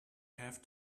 have